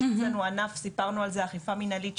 יש אצלינו ענף אכיפה מנהלית וסיפנו על זה,